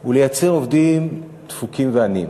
הוא לייצר עובדים דפוקים ועניים.